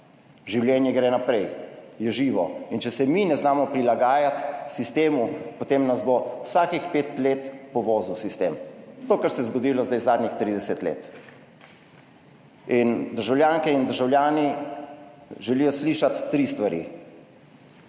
življenje gre naprej, je živo in če se mi ne znamo prilagajati sistemu, potem nas bo vsakih pet let povozil sistem - to, kar se je zgodilo zdaj zadnjih 30 let. In državljanke in državljani želijo slišati tri stvari: